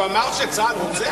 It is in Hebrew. הוא אמר שצה"ל רוצח?